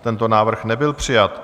Tento návrh nebyl přijat.